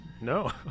No